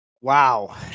Wow